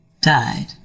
died